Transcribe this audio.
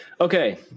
Okay